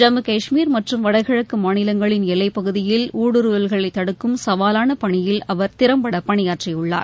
ஜம்மு கஷ்மீர் மற்றும் வடகிழக்கு மாநிலங்களின் எல்லைப்பகுதியில் ஊடுருவல்களை தடுக்கும் சவாலான பணியில் அவர் திறம்பட பணியாற்றியுள்ளார்